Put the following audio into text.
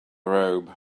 robe